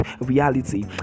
reality